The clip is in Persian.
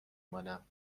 مانم